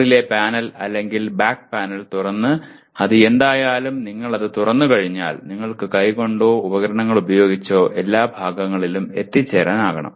മുകളിലെ പാനൽ അല്ലെങ്കിൽ back panel തുറന്ന് അത് എന്തായാലും നിങ്ങൾ അത് തുറന്നുകഴിഞ്ഞാൽ നിങ്ങൾക്ക് കൈകൊണ്ടോ ഉപകരണങ്ങൾ ഉപയോഗിച്ചോ എല്ലാ ഭാഗങ്ങളിലും എത്തിച്ചേരാനാകണം